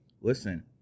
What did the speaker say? listen